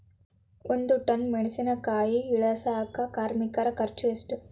ಒಂದ್ ಟನ್ ಮೆಣಿಸಿನಕಾಯಿ ಇಳಸಾಕ್ ಕಾರ್ಮಿಕರ ಖರ್ಚು ಎಷ್ಟು?